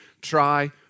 try